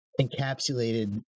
encapsulated